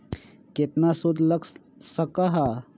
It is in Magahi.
केतना सूद लग लक ह?